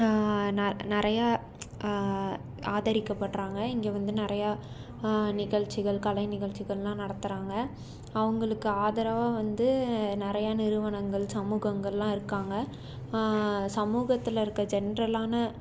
நிறையா ஆதரிக்கப்படுறாங்க இங்கே வந்து நிறையா நிகழ்ச்சிகள் கலை நிகழ்ச்சிகள்லாம் நடத்துகிறாங்க அவங்களுக்கு ஆதரவாக வந்து நிறையா நிறுவனங்கள் சமூகங்கள்லாம் இருக்காங்க சமூகத்தில் இருக்க ஜென்ட்ரலான